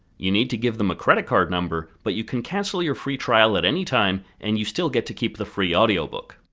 you need to give them a credit card number but you can cancel your free trial at any time, and you still get to keep the free audiobook.